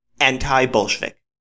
anti-Bolshevik